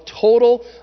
total